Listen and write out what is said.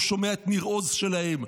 הוא שומע את ניר עוז שלהם,